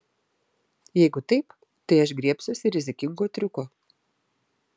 jeigu taip tai aš griebsiuosi rizikingo triuko